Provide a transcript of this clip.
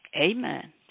amen